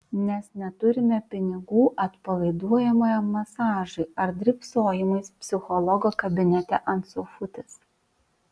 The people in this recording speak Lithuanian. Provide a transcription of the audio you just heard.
nes neturime pinigų atpalaiduojamajam masažui ar drybsojimui psichologo kabinete ant sofutės